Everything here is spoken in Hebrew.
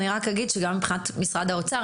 אני רק אומר שגם מבחינת משרד האוצר,